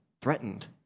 threatened